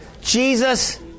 Jesus